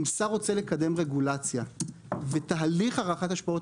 אם שר רוצה לקדם רגולציה ותהליך הערכת השפעות